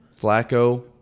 Flacco